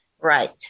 Right